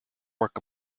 work